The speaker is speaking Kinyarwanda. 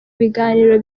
biganiro